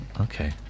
Okay